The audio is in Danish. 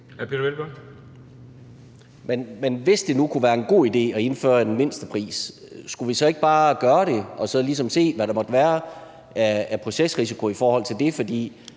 Men hvis det nu kunne være en god idé at indføre en mindstepris, skulle vi så ikke bare gøre det og så ligesom se, hvad der måtte være af procesrisiko i forhold til det?